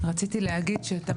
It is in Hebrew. רציתי להגיד שאתה